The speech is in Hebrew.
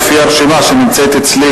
לפי הרשימה שנמצאת אצלי,